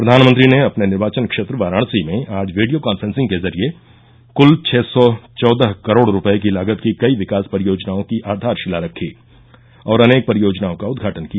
प्रधानमंत्री ने अपने निर्वाचन क्षेत्र वाराणसी में आज वीडियो कांफ्रेंसिंग के जरिए कुल छः सौ चौदह करोड़ रुपये लागत की कई विकास परियोजनाओं की आघारशिला रखी और अनेक परियोजनाओं का उद्घाटन किया